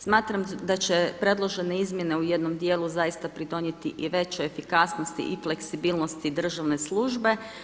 Smatram da će predložene izmjene u jednom dijelu zaista pridonijeti i veće efikasnosti i fleksibilnosti državne službe.